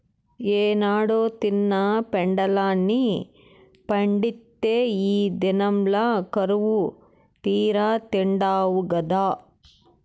ఏనాడో తిన్న పెండలాన్ని పండిత్తే ఈ దినంల కరువుతీరా తిండావు గదా